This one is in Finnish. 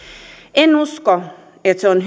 en usko että se on